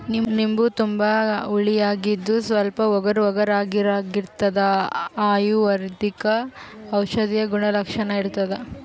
ನಿಂಬು ತುಂಬಾ ಹುಳಿಯಾಗಿದ್ದು ಸ್ವಲ್ಪ ಒಗರುಒಗರಾಗಿರಾಗಿರ್ತದ ಅಯುರ್ವೈದಿಕ ಔಷಧೀಯ ಗುಣಲಕ್ಷಣ ಇರ್ತಾದ